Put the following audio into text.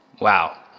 Wow